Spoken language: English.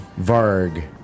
Varg